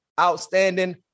outstanding